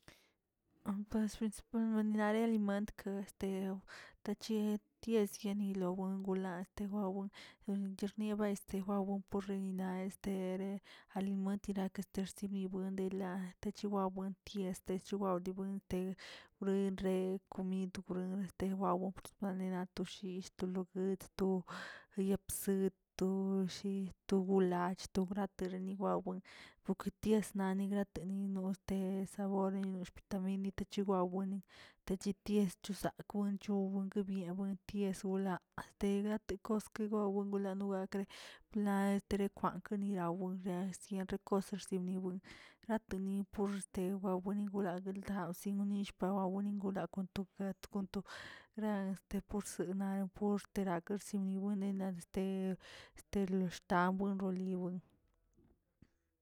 nare alimentkə este tachi kiesnani nowengola tedow chirniena ba estewawow por xenina este aliment nira este ni bibuen nilaa techiba buen tie este dii bua dirbete ruinre komid nian toshii sto loguet sto yelepsi to gush ach to bratere yiwawen poke tiesnani natenin no este woni este xbitaminen, wawenin chitie sto sakꞌ wocho guegbyaa enties wolaa yegate kos kiwlaa, latere kwanklin lawesienri kosiersiniwin grateni porsetwyu bonin gulaguenin la senen gunish pul awenin gulagun loguet kon to gran este purs naꞌ purterakx naꞌ yiwunenan puraxtere este lo xtan worebul.